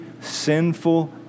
sinful